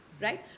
Right